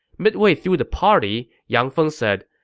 midway through the party, yang feng said,